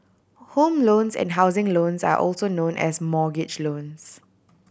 home loans and housing loans are also known as mortgage loans